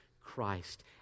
Christ